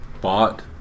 bought